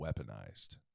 weaponized